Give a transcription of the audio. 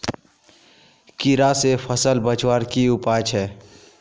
कीड़ा से फसल बचवार की उपाय छे?